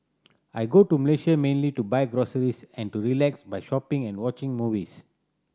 I go to Malaysia mainly to buy groceries and to relax by shopping and watching movies